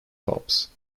tops